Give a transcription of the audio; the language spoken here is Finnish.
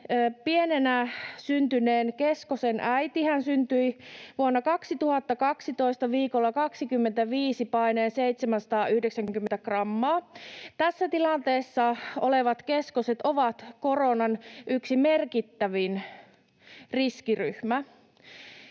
pienenä syntyneen keskosen äiti. Hän syntyi vuonna 2012 viikolla 25 painaen 790 grammaa. Tässä tilanteessa olevat keskoset ovat koronan yksi merkittävin riskiryhmä.